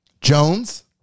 Jones